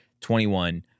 21